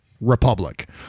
republic